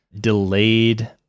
delayed